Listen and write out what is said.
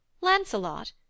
Lancelot